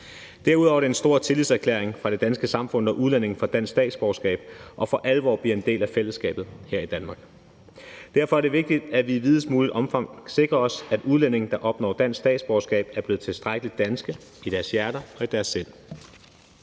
Derudover er det en stor tillidserklæring fra det danske samfund, når udlændinge får dansk statsborgerskab og for alvor bliver en del af fællesskabet her i Danmark. Derfor er det vigtigt, at vi i videst muligt omfang sikrer os, at udlændinge, der opnår dansk statsborgerskab, er blevet tilstrækkelig danske i deres hjerter og i deres sind.